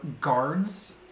guards